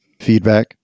feedback